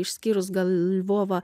išskyrus gal lvovą